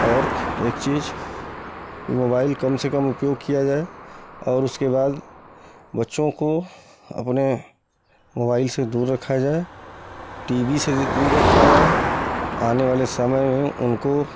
और एक चीज की मोबाइल कम से कम उपयोग किया जाय और उसके बाद बच्चों को अपने मोबाइल से दूर रखा जाए टी वी से दूर रखा जाए आनेवाले समय में उनको